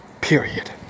period